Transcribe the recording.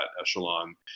echelon